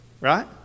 Right